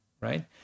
right